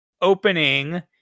opening